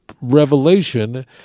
revelation